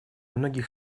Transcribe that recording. многих